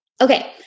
Okay